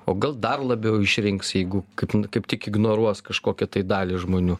o gal dar labiau išrinks jeigu kaip kaip tik ignoruos kažkokią tai dalį žmonių